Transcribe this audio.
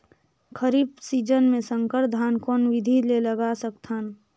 खरीफ season मे संकर धान कोन विधि ले लगा सकथन?